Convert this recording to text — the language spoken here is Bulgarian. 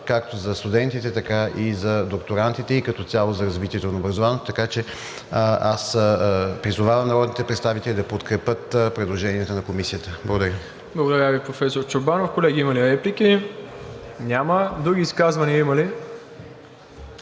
както за студентите, така и за докторантите, и като цяло за развитието на образованието. Така че аз призовавам народните представители да подкрепят предложенията на Комисията. Благодаря Ви. ПРЕДСЕДАТЕЛ МИРОСЛАВ ИВАНОВ: Благодаря Ви, професор Чорбанов. Колеги, има ли реплики? Няма. Други изказвания има ли?